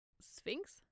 sphinx